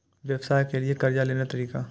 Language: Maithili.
व्यवसाय के लियै कर्जा लेबे तरीका?